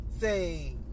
say